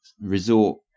resort